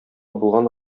булган